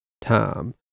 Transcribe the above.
time